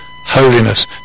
holiness